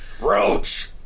roach